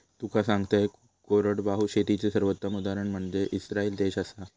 तुका सांगतंय, कोरडवाहू शेतीचे सर्वोत्तम उदाहरण म्हनजे इस्राईल देश आसा